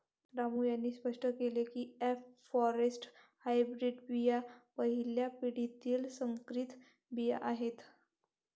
रामू यांनी स्पष्ट केले की एफ फॉरेस्ट हायब्रीड बिया पहिल्या पिढीतील संकरित बिया आहेत